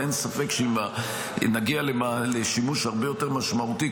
אין ספק שאם נגיע לשימוש הרבה יותר משמעותי,